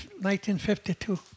1952